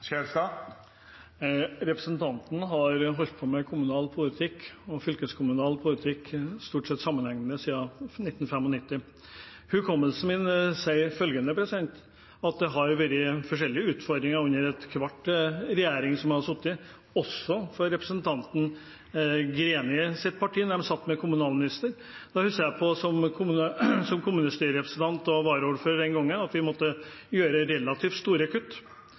vil representanten forklare dette med at det skal bli likhet for tjenestene? Representanten har holdt på med kommunal og fylkeskommunal politikk stort sett sammenhengende siden 1995. Hukommelsen min sier at det har vært forskjellige utfordringer under enhver regjering som har sittet, også for representanten Grenis parti – de satt med kommunalministeren. Jeg husker, som kommunestyrerepresentant og varaordfører den gangen, at vi måtte gjøre relativt store kutt